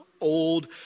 old